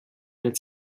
nel